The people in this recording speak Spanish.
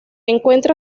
encuentra